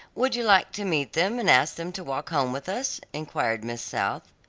would you like to meet them and ask them to walk home with us? enquired miss south.